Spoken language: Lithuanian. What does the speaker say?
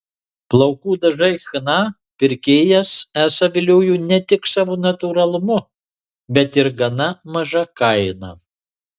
plaukų dažai chna pirkėjas esą viliojo ne tik savo natūralumu bet ir gana maža kaina